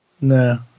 no